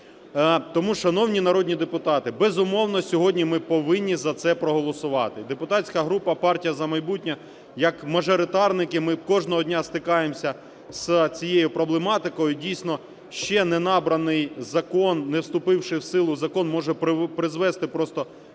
Тому, шановні народні депутати, безумовно, сьогодні ми повинні за це проголосувати. І депутатська група "Партія "За майбутнє", як мажоритарники ми кожного дня стикаємося з цією проблематикою. Дійсно, ще не набраний закон, не вступивший в силу закон, може призвести просто